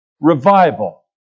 revival